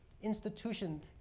institution